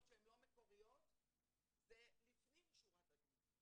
שהן לא מקוריות זה לפנים משורת הדין,